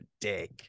dick